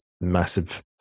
massive